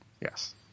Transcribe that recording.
Yes